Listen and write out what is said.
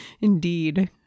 Indeed